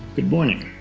good morning.